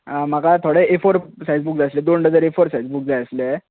म्हाका थोडे A four size books जाय आसले दोन dozen A four size books जाय आसले